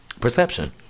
perception